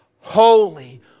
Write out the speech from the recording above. holy